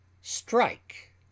strike